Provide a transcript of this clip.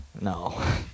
No